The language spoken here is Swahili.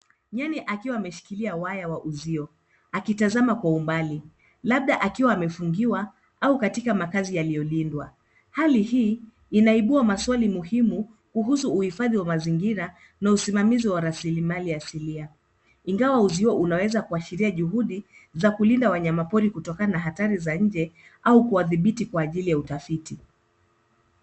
Nyani akiwa ameshikilia waya wa uzio akitazama kwa umbali labda akiwa amefungiwa au katika makazi yaliyolindwa. Hali hii inaibua maswali muhimu kuhusu uhifadhi wa mazingira na usimamizi wa raslimali asilia. Ingawa uzio unaweza kuashiria juhudi za kulinda wanyama pori kutokana na hatari za nje au kuwadhibiti kwa ajili ya utafiti.